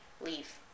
leave